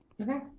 Okay